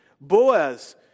Boaz